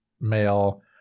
male